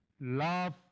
Love